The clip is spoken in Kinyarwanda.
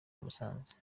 musanze